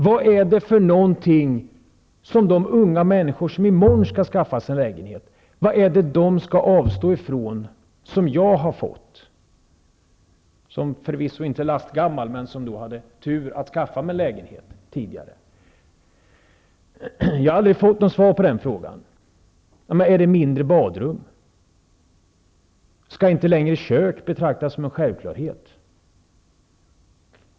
Vad är det för någonting som de unga människor som i morgon skall skaffa sig en lägenhet skall avstå ifrån och som jag har fått, som förvisso inte är lastgammal men som haft turen att skaffa mig lägenhet tidigare? Jag har aldrig fått något svar på den frågan. Är det mindre badrum? Skall kök inte längre betraktas som en självklarhet?